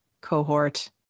cohort